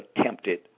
attempted